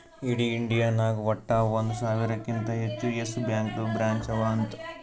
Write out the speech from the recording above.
ಇಡೀ ಇಂಡಿಯಾ ನಾಗ್ ವಟ್ಟ ಒಂದ್ ಸಾವಿರಕಿಂತಾ ಹೆಚ್ಚ ಯೆಸ್ ಬ್ಯಾಂಕ್ದು ಬ್ರ್ಯಾಂಚ್ ಅವಾ ಅಂತ್